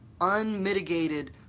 unmitigated